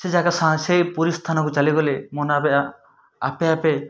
ସେ ଜାଗା ସା ସେଇ ପୁରୀ ସ୍ଥାନକୁ ଚାଲିଗଲେ ମନ ଆବେ ଆ ଆପେ ଆପେ